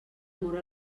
móra